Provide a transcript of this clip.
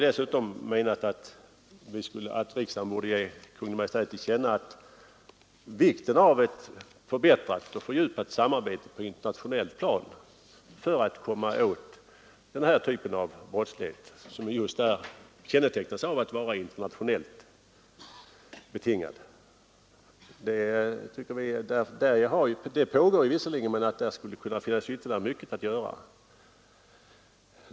Dessutom har vi menat att riksdagen borde ge Kungl. Maj:t till känna vikten av ett förbättrat och fördjupat samarbete på internationellt plan för att komma åt den här typen av brottslighet, som just kännetecknas av att vara internationellt betingad. Det pågår visserligen ett sådant arbete, men där finns ytterligare mycket att göra.